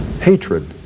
hatred